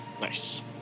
Nice